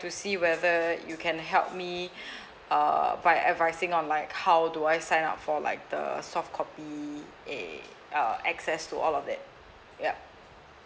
to see whether you can help me uh by advising on like how do I sign up for like the softcopy a uh access to all of that yup